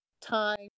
time